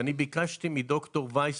ואני ביקשתי מד"ר אידית וייסבוך,